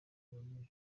abanyeshuri